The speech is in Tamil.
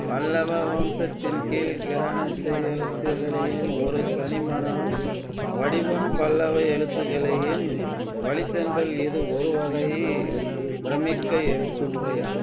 பல்லவ வம்சத்தின் கீழ் கிரணத்தை எழுத்துக்களியின் ஒரு தனிமனம் வடிவம் பல்லவ எழுத்துகளையின் வழித்தென்றல் இது ஒரு வகை பிரமிக் எழுத்து முறையாகும்